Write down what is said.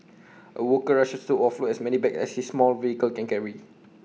A worker rushes to offload as many bags as his small vehicle can carry